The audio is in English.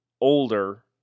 older